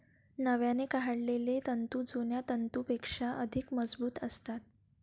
नव्याने काढलेले तंतू जुन्या तंतूंपेक्षा अधिक मजबूत असतात